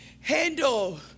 handle